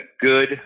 good